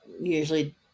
Usually